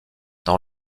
dans